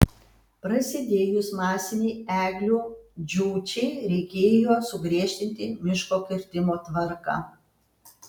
prasidėjus masinei eglių džiūčiai reikėjo sugriežtinti miško kirtimo tvarką